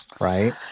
right